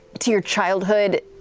to you childhood,